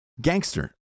Gangster